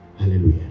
Hallelujah